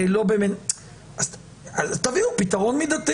אז תביאו פתרון מידתי.